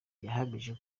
yahamije